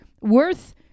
worth